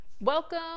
welcome